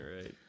right